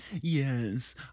Yes